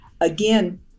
Again